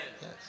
Yes